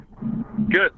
Good